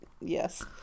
yes